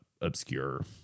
obscure